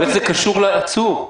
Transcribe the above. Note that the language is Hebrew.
איך זה קשור לעצור?